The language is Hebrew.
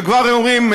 וכבר הם אומרים,